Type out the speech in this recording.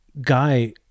Guy